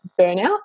burnout